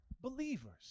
believers